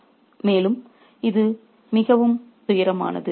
'மேலும் இது மிகவும் மிகவும் துயரமானது